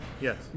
Yes